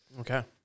Okay